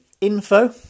info